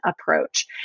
approach